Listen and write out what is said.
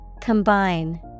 Combine